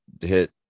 hit